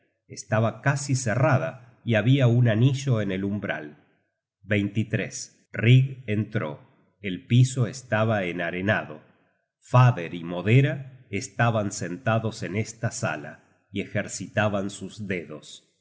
estaba casi cerrada y habia un anillo en el umbral rig entró el piso estaba enarenado fader y modera estaban sentados en esta sala y ejercitaban sus dedos